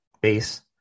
base